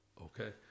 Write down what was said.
Okay